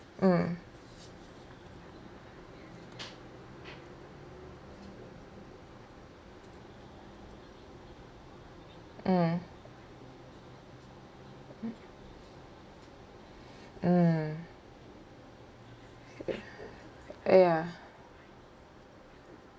mm mm mm